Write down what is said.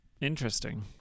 interesting